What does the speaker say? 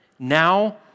Now